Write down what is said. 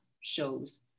shows